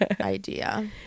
idea